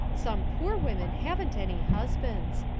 some poor women haven't any husbands.